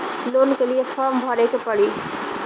Loan के लिए form भरे के पड़ी?